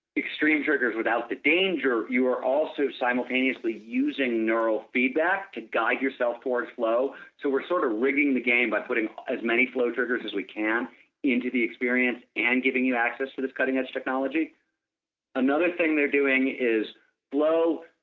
extreme triggers without the danger you are also simultaneously using neuro feedback to guide yourself for flow. so, we are sort of rigging the game by putting as many flow triggers as we can into the experience and giving you access to this cutting edge technology another thing they are doing is flow,